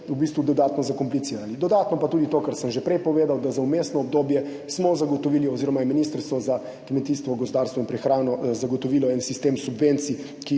v bistvu dodatno zakomplicirali. Dodatno pa tudi to, kar sem že prej povedal, da smo za vmesno obdobje zagotovili oziroma je Ministrstvo za kmetijstvo, gozdarstvo in prehrano zagotovilo en sistem subvencij, ki